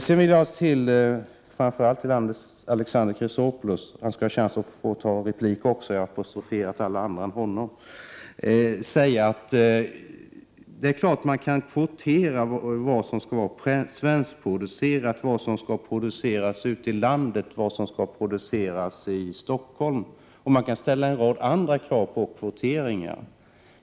Sedan vill jag säga några ord till Alexander Chrisopoulos — han skall också ha chansen att begära replik; jag har apostroferat alla de andra. Det är klart att man kan kvotera andelen svenskproducerade program, andelen program producerade ute i landet och andelen program producerade i Stockholm. Man kan ställa också en rad andra kvoteringskrav.